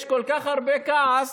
יש כל כך הרבה כעס